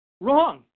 Wrong